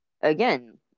again